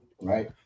right